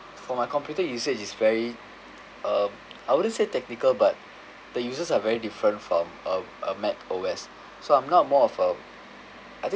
for my computer usage is very um I wouldn't say technical but the uses are very different from a a mac O_S so I'm not more of a I think